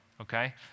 okay